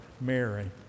Mary